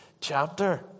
chapter